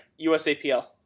usapl